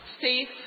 Safe